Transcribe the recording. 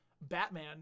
Batman